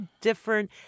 different